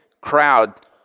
crowd